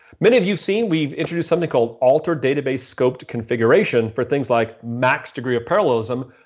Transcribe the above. many of you've seen, we've introduced something called alter database scoped configuration for things like maxdegreeofparallelism.